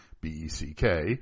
B-E-C-K